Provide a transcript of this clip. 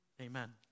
Amen